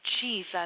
Jesus